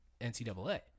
NCAA